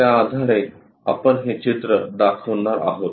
त्या आधारे आपण हे चित्र दाखवणार आहोत